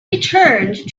returned